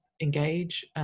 engage